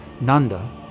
Nanda